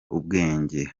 ubwenge